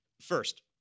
first